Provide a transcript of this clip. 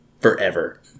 forever